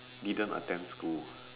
didn't attend school